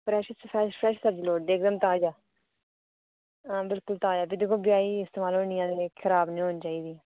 fresh fresh fresh सब्जी लोड़दी ऐ एकदम ताजा हां बिल्कुल ताजा दिक्खो ब्याह् च इस्तेमाल होनी ऐ ना खराब नेईं होनी चाहिदी